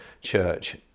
Church